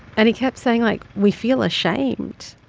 and he kept saying, like, we feel ashamed.